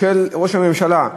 של ראש הממשלה,